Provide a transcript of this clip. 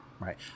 right